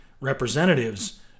representatives